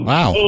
Wow